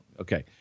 Okay